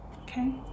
Okay